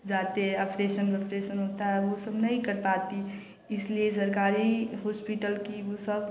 जाते अफ्रेशन वाप्रेशन होता वह सब नहीं कर पाते इसीलिए सरकारी हॉस्पिटल की सब